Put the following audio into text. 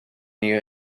new